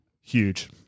huge